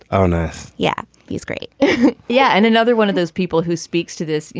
oh, nice. yeah, he's great yeah. and another one of those people who speaks to this, you